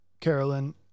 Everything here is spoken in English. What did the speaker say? Carolyn